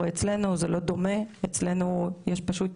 למדנו מזה המון,